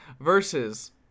Versus